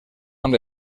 amb